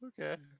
Okay